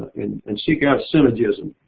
and and seek out synergisms.